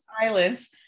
silence